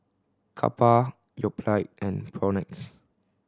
Kappa Yoplait and Propnex